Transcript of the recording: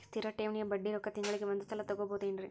ಸ್ಥಿರ ಠೇವಣಿಯ ಬಡ್ಡಿ ರೊಕ್ಕ ತಿಂಗಳಿಗೆ ಒಂದು ಸಲ ತಗೊಬಹುದೆನ್ರಿ?